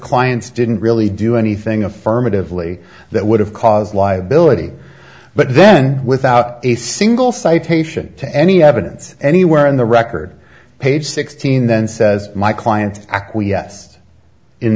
clients didn't really do anything affirmatively that would have cause liability but then without a single citation to any evidence anywhere in the record page sixteen then says my client acquiesced in